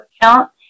account